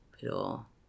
Pero